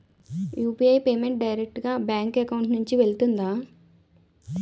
UPI payment direct గా bank account నుంచి వెళ్తుందా?